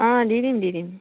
অঁ দি দিম দি দিম